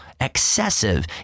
excessive